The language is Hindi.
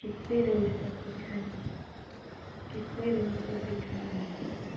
कितने रेंज तक दिखाएँ कितने रेंज तक दिखाएँ हम आपको